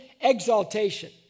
exaltation